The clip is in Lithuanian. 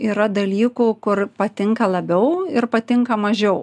yra dalykų kur patinka labiau ir patinka mažiau